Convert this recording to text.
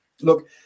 Look